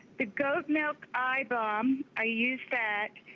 the goat milk eye balm i use that.